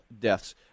deaths